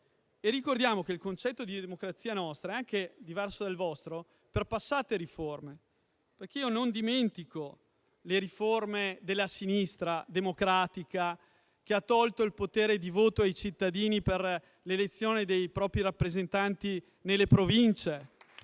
Ricordiamo che il nostro concetto di democrazia è diverso dal vostro anche per passate riforme. Io non dimentico le riforme della sinistra democratica, che ha tolto il potere di voto ai cittadini per l'elezione dei propri rappresentanti nelle Province.